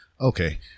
Okay